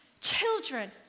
children